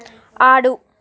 ఆడు